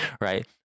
Right